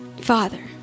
father